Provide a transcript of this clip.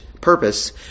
purpose